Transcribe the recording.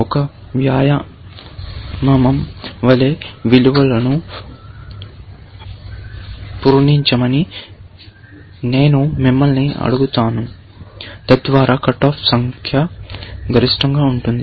ఒక వ్యాయామం వలె విలువలను పూరించమని నేను మిమ్మల్ని అడుగుతాను తద్వారా కట్ ఆఫ్ల సంఖ్య గరిష్టంగా ఉంటుంది